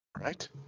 right